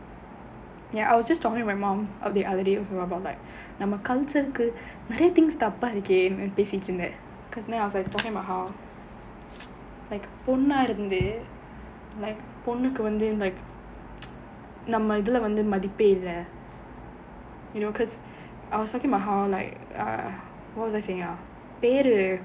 ya I was just talking to my mom the other day also about like நம்ம:namma culture கு நிறைய:ku niraiya things தப்பா இருக்கே பேசிட்டு இருந்தேன்:thappaa irukkae pesittu irukkaen then I was like talking about how பொண்ணா இருந்து பொண்ணுக்கு வந்து நம்ம இதுல வந்து மதிப்பே இல்ல:ponnaa irunthu ponnukku vanthu namma idhula vanthu mathippae illa you know because I was talking about how like err what was I saying ah